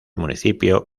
municipio